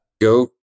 Go